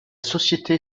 société